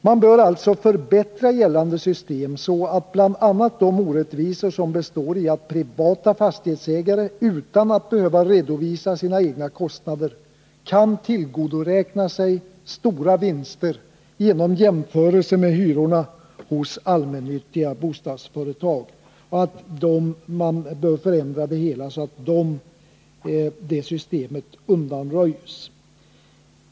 Man bör alltså förbättra gällande system så att bl.a. de orättvisor undanröjes som består i att privata fastighetsägare utan att behöva redovisa sina egna kostnader kan tillgodoräkna sig stora vinster genom jämförelser med hyrorna hos allmännyttiga bostadsföretag. Herr talman!